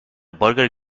burger